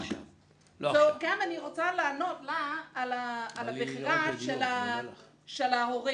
אני רוצה לענות לה על הבחירה של ההורים,